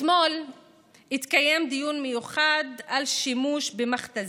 אתמול התקיים דיון מיוחד על שימוש במכת"זית,